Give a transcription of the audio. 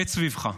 הבט סביבך,